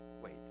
wait